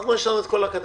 לנו יש את כל הקדנציה.